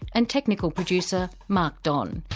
and technical producer, mark don.